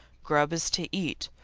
grub is to eat.